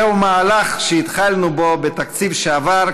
זהו מהלך שהתחלנו בו בתקציב שעבר,